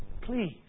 please